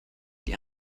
die